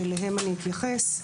שאליהם אני אתייחס,